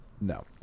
No